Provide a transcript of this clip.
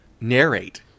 narrate